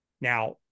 Now